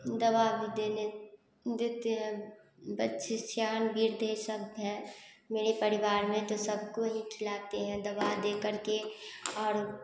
दवा भी देने बच्चे सयान भी देते सब है मेरे परिवार में तो सबको ही खिलाते हैं दबा देकर के और